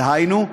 דהיינו,